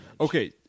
Okay